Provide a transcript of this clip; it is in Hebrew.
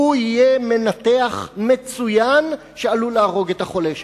הוא יהיה מנתח מצוין שעלול להרוג את החולה שלו.